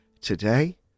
today